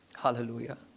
Hallelujah